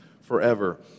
forever